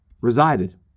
resided